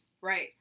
Right